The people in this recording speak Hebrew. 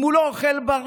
אם הוא לא אוכל בריא,